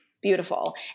beautiful